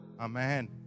Amen